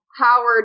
Howard